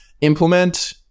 implement